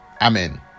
amen